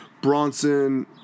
Bronson